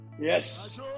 yes